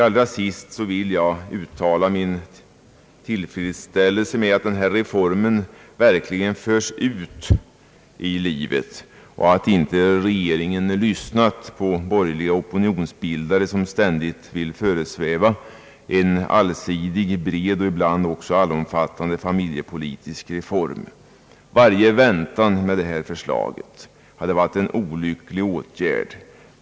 Jag vill också uttala min tillfredsställelse med att denna reform verkligen förs ut i livet och att regeringen inte lyssnat på borgerliga opinionsbildare, som gärna vill inge föreställningen om en allsidig, bred och ibland även allomfattande familjepolitisk reform. Varje väntan med det här förslaget hade varit olycklig.